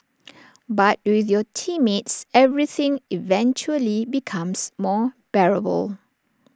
but with your teammates everything eventually becomes more bearable